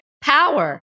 power